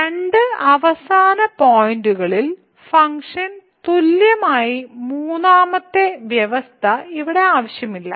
രണ്ട് അവസാന പോയിന്റുകളിൽ ഫംഗ്ഷൻ തുല്യമായിരുന്ന മൂന്നാമത്തെ വ്യവസ്ഥ ഇവിടെ ആവശ്യമില്ല